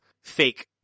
fake